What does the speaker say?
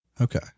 Okay